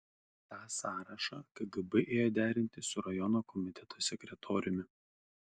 tą sąrašą kgb ėjo derinti su rajono komiteto sekretoriumi